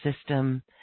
system –